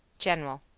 general.